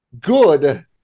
good